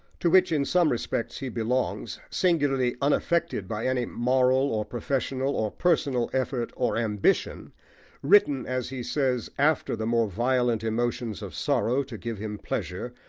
to which in some respects he belongs singularly unaffected by any moral, or professional, or personal effort or ambition written, as he says, after the more violent emotions of sorrow, to give him pleasure,